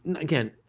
again